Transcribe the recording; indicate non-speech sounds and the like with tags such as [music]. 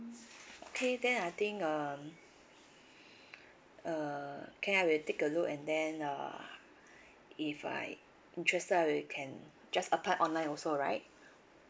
okay then I think um [breath] uh okay I will take a look and then uh if I interested I will can just apply online also right